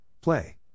play